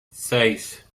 seis